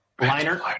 Liner